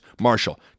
Marshall